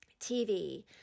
TV